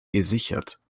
gesichert